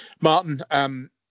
Martin